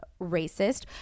racist